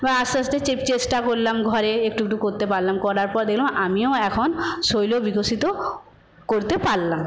বা আস্তে আস্তে চেষ্টা করলাম ঘরে একটু একটু করতে পারলাম করার পর দেখলাম আমিও এখন শৈল বিকশিত করতে পারলাম